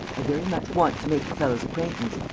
very much want to make the fellow's acquaintance.